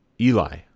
Eli